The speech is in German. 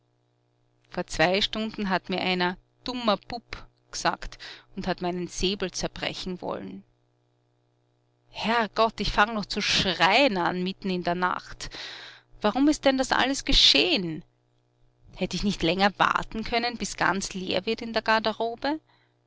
vor zwei stunden hat mir einer dummer bub gesagt und hat meinen säbel zerbrechen wollen herrgott ich fang noch zu schreien an mitten in der nacht warum ist denn das alles gescheh'n hätt ich nicht länger warten können bis's ganz leer wird in der garderobe